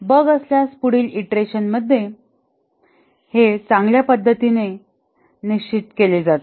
बग असल्यास पुढील ईंटरेशनमध्ये हे चांगल्या पदतीने निश्चित केले जातात